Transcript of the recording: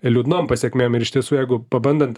liūdnom pasekmėm ir iš tiesų jeigu pabandant